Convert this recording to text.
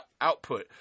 output